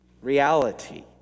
reality